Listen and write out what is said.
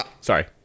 sorry